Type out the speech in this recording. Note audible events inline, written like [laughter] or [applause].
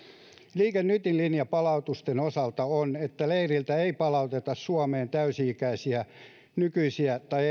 liike nytin linja palautusten osalta on että leiriltä ei palauteta suomeen täysi ikäisiä nykyisiä tai [unintelligible]